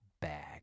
bag